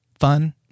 fun